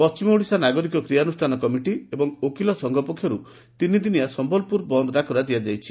ପଛିମ ଓଡିଶା ନାଗରିକ କ୍ରିୟନ୍ରଷାନ କମିଟି ଏବଂ ଓକିଲ ସଂଘ ପକ୍ଷରୁ ତିନିଦିନିଆ ସମ୍ମଲପୁର ବନ୍ଦ ଡାକରା ଦିଆଯାଇଛି